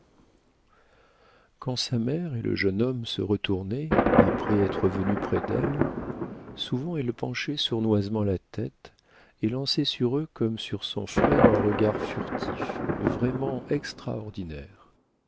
quand sa mère et le jeune homme se retournaient après être venus près d'elle souvent elle penchait sournoisement la tête et lançait sur eux comme sur son frère un regard furtif vraiment extraordinaire